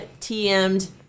TM'd